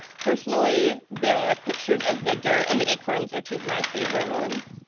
personally, the pictures of the dirt and the acorns are two of my favorite ones.